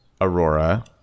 Aurora